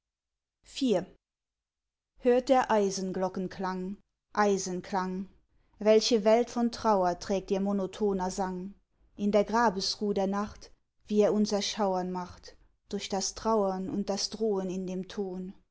hört der eisenglocken klang eisenklang welche welt von trauer trägt ihr monotoner sang in der grabesruh der nacht wie er uns erschauern macht durch das trauern und das drohen in dem ton